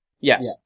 Yes